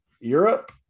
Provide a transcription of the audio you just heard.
Europe